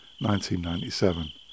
1997